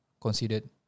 considered